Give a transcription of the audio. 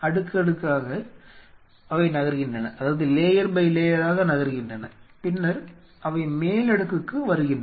அடுக்கடுக்காக அவை நகர்கின்றன பின்னர் அவை மேல் அடுக்குக்கு வருகின்றன